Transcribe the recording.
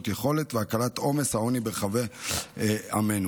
יכולת ולהקלת עומס העוני ברחבי עמנו.